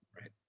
Right